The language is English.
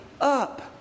up